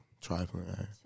Trifling